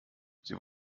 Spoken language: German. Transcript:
sie